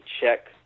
check